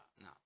no